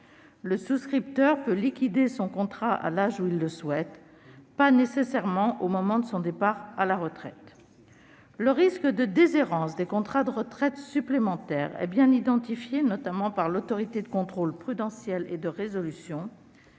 Le souscripteur peut liquider son contrat à l'âge où il le souhaite, et non pas nécessairement au moment de son départ à la retraite. Le risque de déshérence des contrats de retraite supplémentaire est bien identifié, notamment par l'Autorité de contrôle prudentiel et de résolution